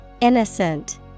Innocent